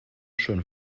schön